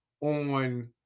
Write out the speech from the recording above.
on